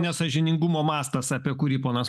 nesąžiningumo mastas apie kurį ponas